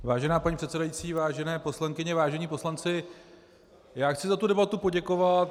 Vážená paní předsedající, vážené poslankyně, vážení poslanci, chci za debatu poděkovat.